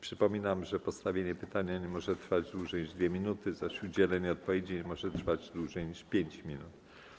Przypominam, że postawienie pytania nie może trwać dłużej niż 2 minuty, zaś udzielenie odpowiedzi nie może trwać dłużej niż 5 minut.